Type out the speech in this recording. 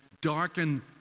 darken